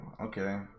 okay